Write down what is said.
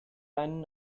einen